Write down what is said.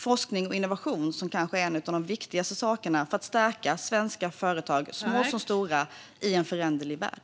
Forskning och innovation är kanske en av de viktigaste sakerna för att stärka svenska företag, små som stora, i en föränderlig värld.